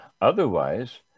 Otherwise